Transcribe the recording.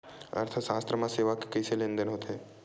अर्थशास्त्र मा सेवा के कइसे लेनदेन होथे?